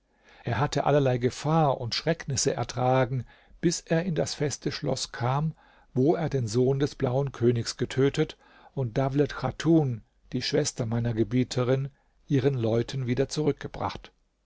er hatte allerlei gefahr und schrecknisse ertragen bis er in das feste schloß kam wo er den sohn des blauen königs getötet und dawlet chatun die schwester meiner gebieterin ihren leuten wieder zurückgebracht